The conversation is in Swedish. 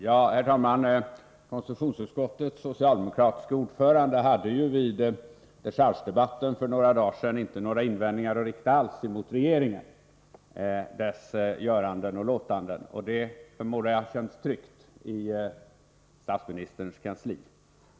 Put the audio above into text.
Herr talman! Konstitutionsutskottets socialdemokratiske ordförande hade ju vid dechargedebatten för några dagar sedan inte några invändningar alls att rikta mot regeringen. Jag förmodar att detta känns tryggt i statsministerns kansli.